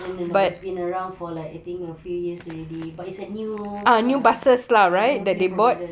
no no no it's been around for like I think a few years already but it's a new err ya new provider